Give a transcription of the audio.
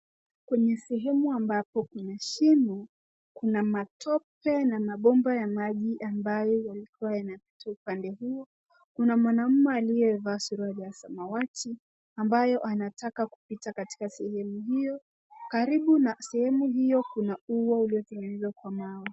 Kwenye sehemu ambapo kuna shimo kuna matope na mapomba ya maji ambayo yalikua yanatoka pande huo. Kuna Mwanamume aliyevaa suruali ya samawati ambaye anataka kupita katika sehemu hiyo. kariba na sehemu hiyo kuna ua ulitengenezwa kwa mawe.